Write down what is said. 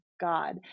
God